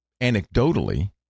anecdotally